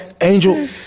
Angel